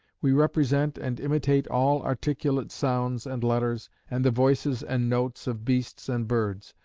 we represent and imitate all articulate sounds and letters, and the voices and notes of beasts and birds.